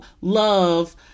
love